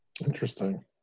Interesting